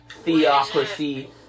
theocracy